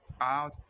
out